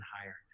higher